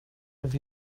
have